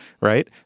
right